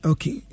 Okay